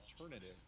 alternative